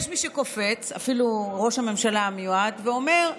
יש מי שקופץ, אפילו ראש הממשלה המיועד, ואומר: